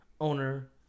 owner